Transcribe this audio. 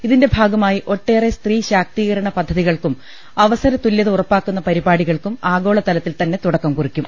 ഇതിന്റെ ഭാഗമായി ഒട്ടേറെ സ്ത്രീ ശാക്തീകരണ പദ്ധതി കൾക്കും അവസര തുലൃത ഉറപ്പാക്കുന്ന പരിപാടികൾക്കും ആഗോ ളതലത്തിൽ തന്നെ തുടക്കം കുറിക്കും